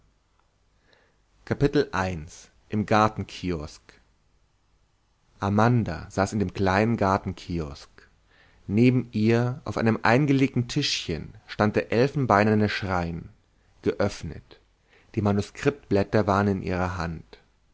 im gartenkiosk amanda saß in dem kleinen gartenkiosk neben ihr auf einem eingelegten tischchen stand der elfenbeinerne schrein geöffnet die manuskriptblätter waren in ihrer hand